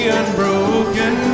unbroken